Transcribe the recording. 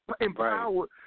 empowered